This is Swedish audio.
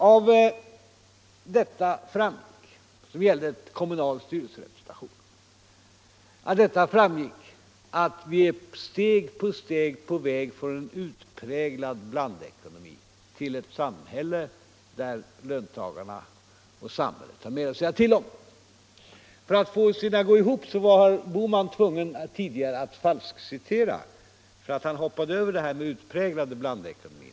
Av detta utlåtande framgick att vi steg för steg är på väg från en utpräglad blandekonomi till ett samhälle där löntagarna och samhället har mer att säga till om. För att få det hela att gå ihop var herr Bohman tvungen att falskcitera. Han hoppade nämligen över att det var fråga om en övergång från en ”utpräglad” blandekonomi.